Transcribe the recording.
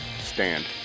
Stand